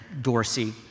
Dorsey